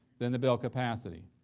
then the build capacity.